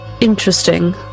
Interesting